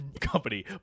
company